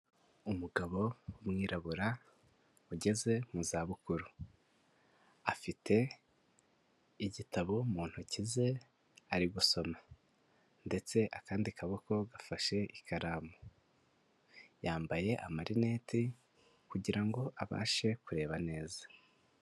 Umugabo w'umwirabura ugeze mu zabukuru, afite igitabo mu ntoki ze ari gusoma ndetse akandi kaboko gafashe ikaramu, yambaye amarineti kugira ngo abashe kureba neza.